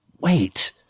wait